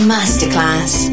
Masterclass